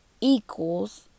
equals